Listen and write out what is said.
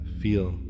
feel